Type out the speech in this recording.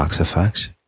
effects